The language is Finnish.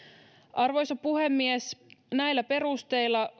arvoisa puhemies näillä perusteilla